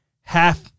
half